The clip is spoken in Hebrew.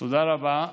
תודה רבה.